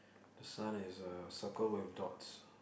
the sun is uh circle with dots